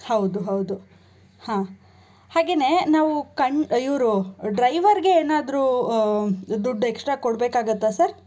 ಹೌದು ಹೌದು ಹಾಂ ಹಾಗೆಯೇ ನಾವು ಕಂಡ್ ಇವರು ಡ್ರೈವರ್ಗೆ ಏನಾದರೂ ದುಡ್ಡು ಎಕ್ಸ್ಟ್ರಾ ಕೊಡಬೇಕಾಗತ್ತಾ ಸರ್